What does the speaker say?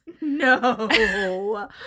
No